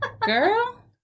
girl